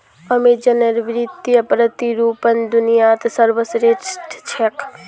अमेज़नेर वित्तीय प्रतिरूपण दुनियात सर्वश्रेष्ठ छेक